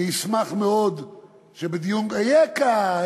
אני אשמח מאוד שבדיון, אייכה?